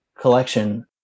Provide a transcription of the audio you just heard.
collection